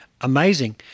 amazing